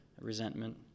resentment